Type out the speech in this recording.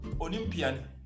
olympian